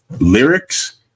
Lyrics